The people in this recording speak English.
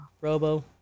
Robo